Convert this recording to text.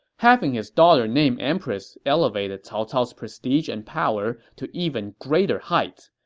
having his daughter named empress elevated cao cao's prestige and power to even greater heights,